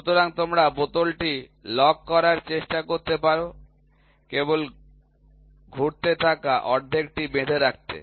সুতরাং তোমরা বোতলটি লক করার চেষ্টা করতে পারো কেবল ঘুরতে থাকা অর্ধেকটি বেঁধে রাখতে